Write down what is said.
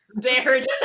Dared